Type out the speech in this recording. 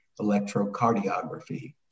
electrocardiography